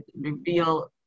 reveal